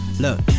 look